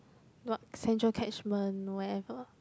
what central catchment wherever